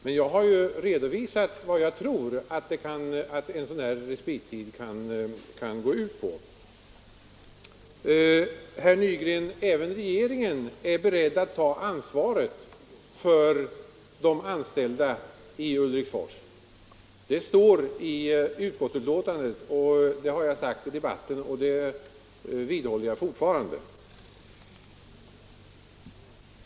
Men jag har redovisat vad jag tror att en sådan respittid kan gå ut på. Även regeringen är beredd att ta ansvaret för de anställda i Ulriksfors. herr Nygren. Det står i utskottsbetänkandet, det har jag också sagt i debatten och det vidhåller jag.